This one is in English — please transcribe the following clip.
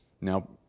Now